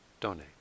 donate